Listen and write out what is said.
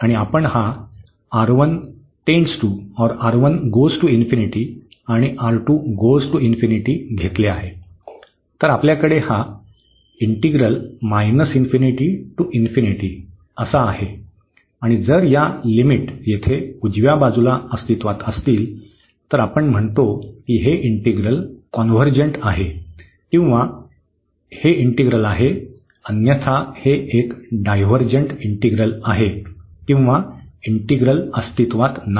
आणि आपण हा आणि घेतले आहे तर आपल्याकडे हा आहे आणि जर या लिमिट येथे उजव्या बाजूला अस्तित्त्वात असतील तर आपण म्हणतो की हे इंटिग्रल कॉन्व्हर्जंट आहे किंवा ही इंटिग्रल आहे अन्यथा हे एक डायव्हर्जंट इंटिग्रल आहे किंवा इंटिग्रल अस्तित्त्वात नाही